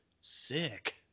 sick